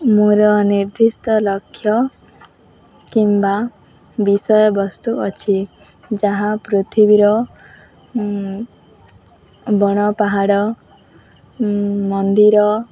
ମୋର ନିର୍ଦ୍ଧିଷ୍ଟ ଲକ୍ଷ୍ୟ କିମ୍ବା ବିଷୟବସ୍ତୁ ଅଛି ଯାହା ପୃଥିବୀର ବଣ ପାହାଡ଼ ମନ୍ଦିର